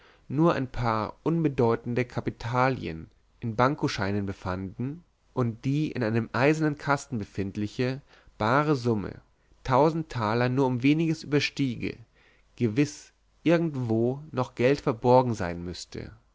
nur ein paar unbedeutende kapitalien in bankoscheinen befanden und die in einem eisernen kasten befindliche bare summe tausend taler nur um weniges überstiege gewiß irgendwo noch geld verborgen sein müsse